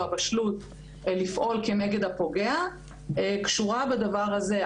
הבשלות של לפעול כנגד הפוגע קשורה בדבר הזה.